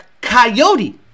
Coyote